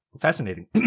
Fascinating